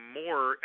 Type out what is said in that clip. more